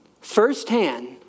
firsthand